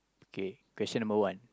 okay question number one